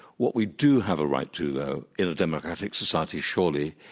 what we do have a right to, though, in a democratic society, surely,